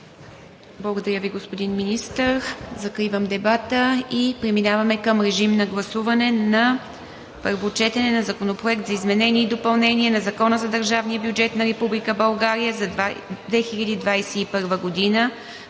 Благодаря Ви, господин Министър. Закривам дебата. Преминаваме към режим на гласуване на първо четене на Законопроект за изменение и допълнение на Закон за държавния бюджет на Република България за 2021 г.,